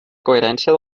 coherència